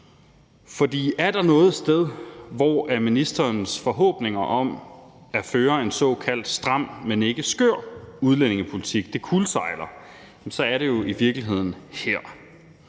for er der noget sted, hvor ministerens forhåbninger om at føre en såkaldt stram, men ikke skør udlændingepolitik kuldsejler, så er det jo i virkeligheden her.